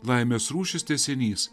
laimės rūšis tęsinys